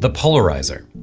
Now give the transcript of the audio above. the polarizer.